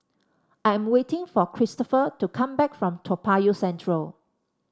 I am waiting for Cristopher to come back from Toa Payoh Central